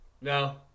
No